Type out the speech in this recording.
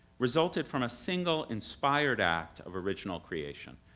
resulted from a single inspired act of original creation,